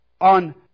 On